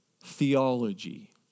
theology